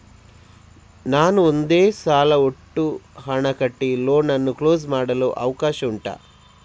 ನಾನು ಒಂದೇ ಸಲ ಒಟ್ಟು ಹಣ ಕಟ್ಟಿ ಲೋನ್ ಅನ್ನು ಕ್ಲೋಸ್ ಮಾಡಲು ಅವಕಾಶ ಉಂಟಾ